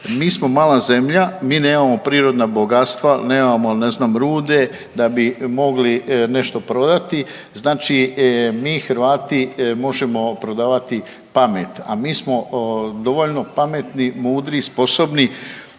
Mi smo mala zemlja, mi nemamo prirodna bogatstva, nemamo ne znam rude da bi mogli nešto prodati, znači mi Hrvati možemo prodavati pamet, a mi smo dovoljno pametni, mudri i sposobni.